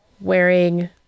wearing